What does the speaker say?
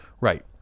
Right